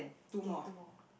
okay two more